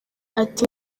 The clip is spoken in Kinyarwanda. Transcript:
ati